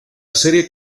serie